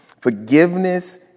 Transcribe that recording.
Forgiveness